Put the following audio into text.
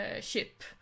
ship